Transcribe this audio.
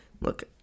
Look